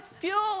fuel